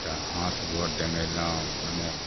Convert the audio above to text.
तऽ हाथ गोर डेंगेलहुॅं मने